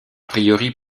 priori